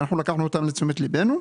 שאנחנו לקחנו אותן לתשומת ליבנו,